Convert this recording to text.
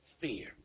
fear